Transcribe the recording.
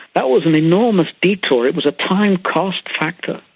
that was an enormous detour, it was a time cost factor,